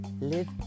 live